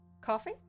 Coffee